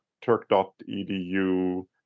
turk.edu